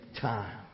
time